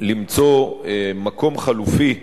למצוא מקום חלופי,